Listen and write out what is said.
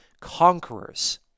conquerors